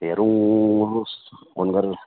हेराउनुहोस् phone गरेर